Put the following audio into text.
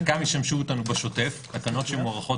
חלקם ישמשו אותנו בשוטף - תקנות שמוארכות